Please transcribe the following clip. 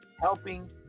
helping